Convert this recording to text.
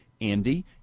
Andy